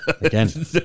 Again